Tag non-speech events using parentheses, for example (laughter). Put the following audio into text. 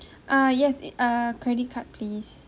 uh yes (noise) uh credit card please